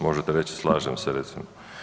Možete reći slažem se, recimo.